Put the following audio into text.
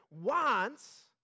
wants